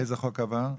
איזה חוק עבר?